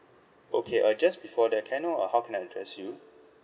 okay uh just before that can I know uh how can I address you